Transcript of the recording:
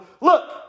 look